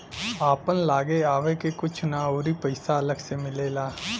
आपन लागे आवे के कुछु ना अउरी पइसा अलग से मिलेला